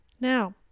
Now